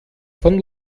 von